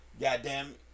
Goddamn